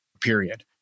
period